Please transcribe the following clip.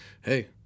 hey